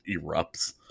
erupts